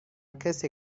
کسیه